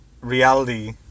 reality